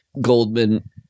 Goldman